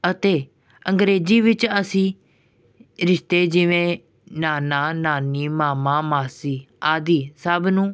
ਅਤੇ ਅੰਗਰੇਜ਼ੀ ਵਿੱਚ ਅਸੀਂ ਰਿਸ਼ਤੇ ਜਿਵੇਂ ਨਾਨਾ ਨਾਨੀ ਮਾਮਾ ਮਾਸੀ ਆਦਿ ਸਭ ਨੂੰ